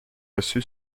reçu